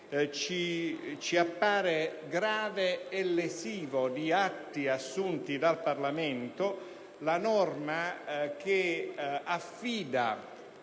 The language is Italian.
ci appare grave e lesiva di atti assunti dal Parlamento la norma che affida